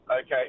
Okay